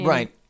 Right